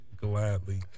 gladly